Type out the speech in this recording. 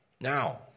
Now